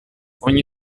ogni